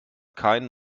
keinen